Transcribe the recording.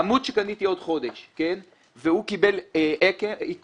עמוד שקניתי עוד חודש והוא קיבל עיקום